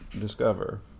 discover